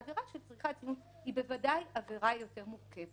העבירה של צריכת זנות היא בוודאי עבירה יותר מורכבת